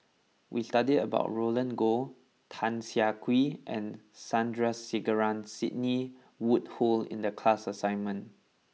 we studied about Roland Goh Tan Siah Kwee and Sandrasegaran Sidney Woodhull in the class assignment